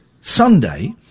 sunday